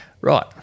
right